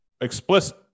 explicit